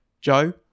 Joe